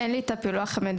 אין לי את הפילוח המדויק.